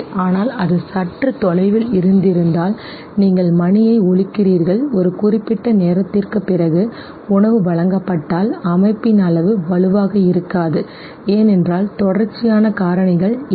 ஆனால் அது சற்று தொலைவில் இருந்திருந்தால் நீங்கள் மணியை ஒலிக்கிறீர்கள் ஒரு குறிப்பிட்ட நேரத்திற்குப் பிறகு உணவு வழங்கப்பட்டால் அமைப்பின் அளவு வலுவாக இருக்காது ஏனென்றால் தொடர்ச்சியான காரணிகள் இல்லை